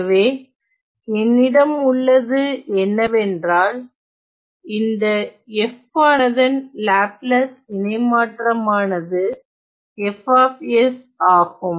எனவே என்னிடம் உள்ளது என்னவென்றால் இந்த f ஆனதன் லாப்லாஸ் இணைமாற்றமானது F ஆகும்